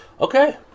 Okay